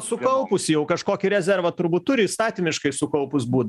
sukaupusi jau kažkokį rezervą turbūt turi įstatymiškai sukaupus būt